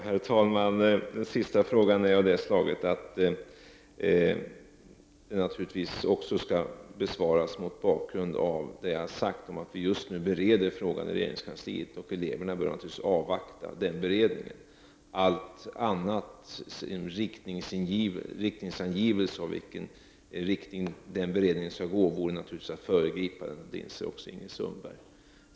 Herr talman! Den sista frågan är av det slaget att den naturligtvis också skall besvaras mot bakgrund av det jag har sagt, att vi just nu bereder frågan i regeringskansliet. Eleverna bör naturligtvis avvakta den beredningen. Allt angivande av i vilken riktning den beredningen skall gå vore naturligtvis att föregripa den. Det inser också Ingrid Sundberg.